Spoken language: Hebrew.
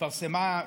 התפרסמה,